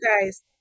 guys